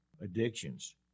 addictions